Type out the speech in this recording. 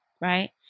right